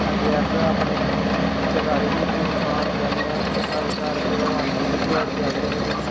अग्गें अस अपने रिश्तेदारें गी फोन फान करनेआं कि साढ़े घार फिर ओह् आंदे बी ऐ दयाली आह्ले दिन